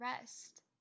rest